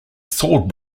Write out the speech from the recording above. sword